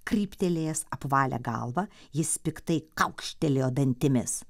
kryptelėjęs apvalią galvą jis piktai kaukštelėjo dantimis